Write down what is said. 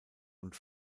und